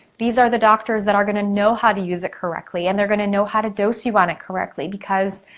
these are the doctors that are gonna know how to use it correctly and they're gonna know how to dose you on it correctly because,